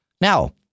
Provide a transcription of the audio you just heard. Now